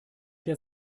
der